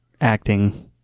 acting